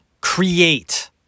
Create